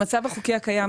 במצב החוקי הקיים,